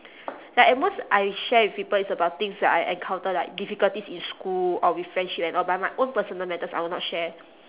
like at most I share with people is about things that I encounter like difficulties in school or with friendship and all but my own personal matters I will not share